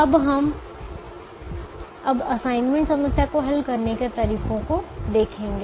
अब हम अब असाइनमेंट समस्या को हल करने के तरीकों को देखेंगे